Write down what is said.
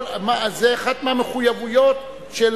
זו אחת מהמחויבויות של